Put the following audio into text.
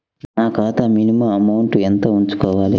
నా ఖాతా minimum amount ఎంత ఉంచుకోవాలి?